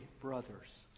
brothers